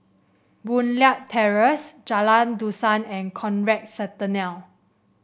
Boon Leat Terrace Jalan Dusun and Conrad Centennial